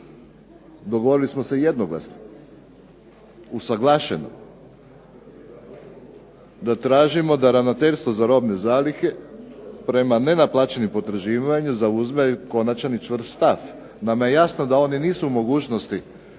dogovorili smo se jednoglasno, usuglašeno, da tražimo da Ravnateljstvo za robne zalihe prema nenaplaćenom potraživanju konačan i čvrst stav. Nama je jasno da oni nisu u mogućnosti,